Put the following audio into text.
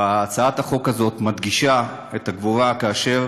והצעת החוק הזאת מדגישה את הגבורה, כאשר